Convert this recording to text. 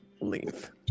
leave